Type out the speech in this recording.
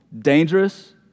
dangerous